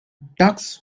ducks